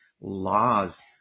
laws